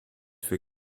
für